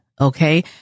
okay